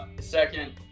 Second